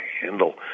handle